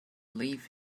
leave